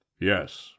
Yes